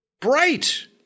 Bright